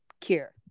cure